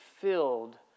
filled